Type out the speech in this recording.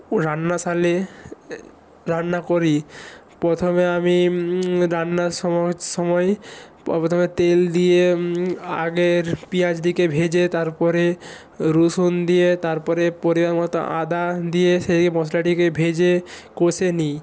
রান্না শালে রান্না করি প্রথমে আমি রান্নার সময় পপ্রথমে তেল দিয়ে আগের পেয়াঁজ দিকে ভেজে তারপরে রসুন দিয়ে তারপরে পরিমাণ মতো আদা দিয়ে সেই মশলাটিকে ভেজে কষে নিই